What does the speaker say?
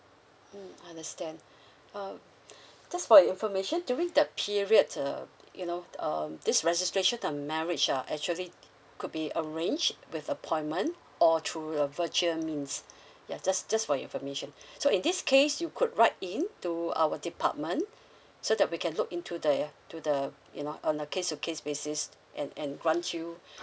mm understand uh just for your information during that period uh you know um this registration of marriage are actually could be arrange with appointment or through the virtual means ya just just your for information so in this case you could write in to our department so that we can look into the to the you know on a case to case basis and and grant you